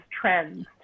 trends